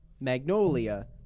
Magnolia